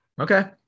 Okay